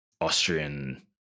Austrian